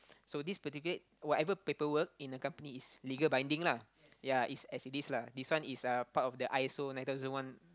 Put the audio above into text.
so this particular whatever paperwork in a company is legal binding lah ya it's as it is lah this one is uh part of the i_s_o nine thousand one